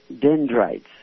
dendrites